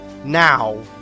Now